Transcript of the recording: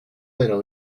pero